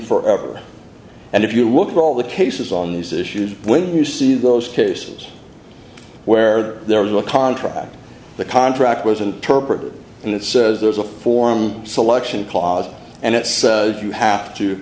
forever and if you look at all the cases on these issues when you see those cases where there was a contra the contract was interpreted and it says there's a form selection clause and it says you have to